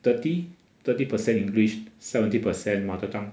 thirty thirty percent english seventy percent mother tongue